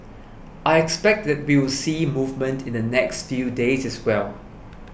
I expect that we will see movement in the next few days as well